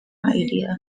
idea